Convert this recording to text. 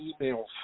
emails